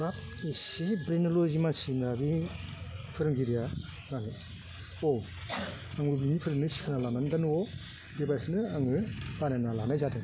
मा इसि ब्रेन'लजि मानसि होमबा बे फोरोंगिरिया होन्नानै औ आंबो बिनि फोरोंनाय सिखायना लानानै दा न'वाव बेबायसानो आङो बानायना लानाय जादों